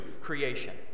creation